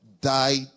died